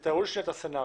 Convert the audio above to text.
תארו לי את הסצנריו.